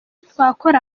twakora